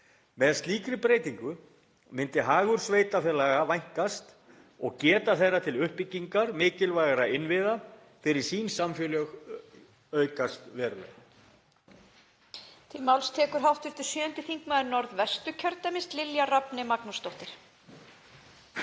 Með slíkri breytingu myndi hagur sveitarfélaga vænkast og geta þeirra til uppbyggingar mikilvægra innviða fyrir sín samfélög aukast verulega.